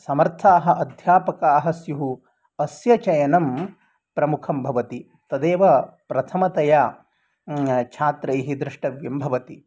समर्थाः अध्यापकाः स्युः अस्य चयनं प्रमुखं भवति तदेव प्रथमतया छात्रैः द्रष्टव्यं भवति